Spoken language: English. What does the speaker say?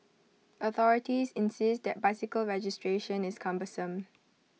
authorities insist that bicycle registration is cumbersome